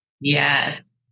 Yes